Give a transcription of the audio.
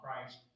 Christ